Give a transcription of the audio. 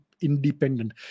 independent